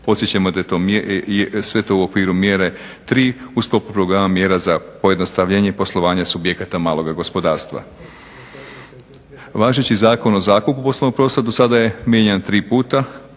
Podsjećamo da je sve to u okviru mjere 3. u sklopu Programa mjera za pojednostavljenje poslovanja subjekata maloga gospodarstva. Važeći Zakon o zakupu poslovnog prostora do sada je mijenjan tri puta,